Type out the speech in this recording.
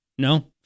No